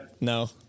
No